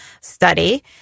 study